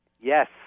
Yes